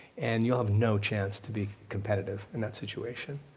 and you'll have no chance to be competitive in that situation.